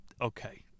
okay